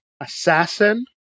assassin